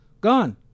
gone